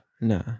No